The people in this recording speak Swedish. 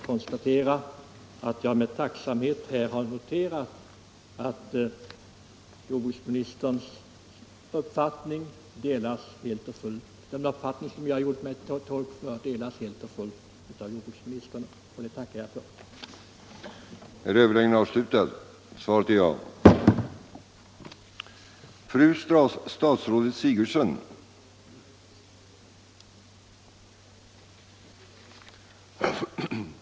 Herr talman! Jag noterar med tacksamhet att den uppfattning som jag har gjort mig till tolk för helt och fullt delas av jordbruksministern. Jag tackar för det.